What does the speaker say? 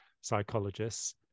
psychologists